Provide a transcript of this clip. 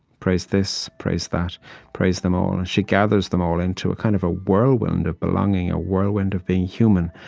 praise this praise that praise them all. she gathers them all into kind of a whirlwind of belonging, a whirlwind of being human.